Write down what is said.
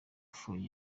for